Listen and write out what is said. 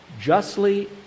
justly